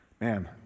Man